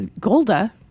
Golda